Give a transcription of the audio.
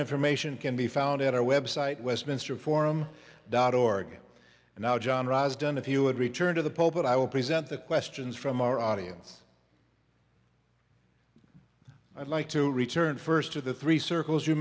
information can be found at our website westminster forum dot org and now john ross done if you would return to the pope and i will present the questions from our audience i'd like to return first to the three circles you